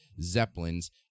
zeppelins